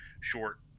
short